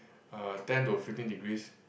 uh ten to fifteen degrees